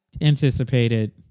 anticipated